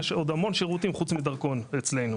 יש עוד המון שירותים חוץ מדרכון אצלנו.